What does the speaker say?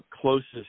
closest